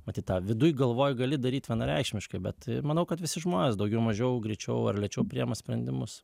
matyt tą viduj galvoje gali daryti vienareikšmiškai bet manau kad visi žmonės daugiau mažiau greičiau ar lėčiau priima sprendimus